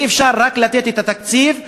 אי-אפשר רק לתת את התקציב,